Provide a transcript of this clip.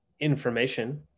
information